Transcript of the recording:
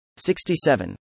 67